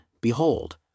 behold